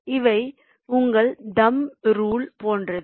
இவை உங்கள் thumb rule போன்றது